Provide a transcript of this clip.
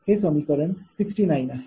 हे समीकरण 69 आहे